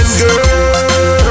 girl